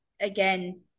again